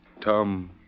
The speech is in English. Tom